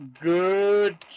good